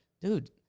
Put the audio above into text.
dude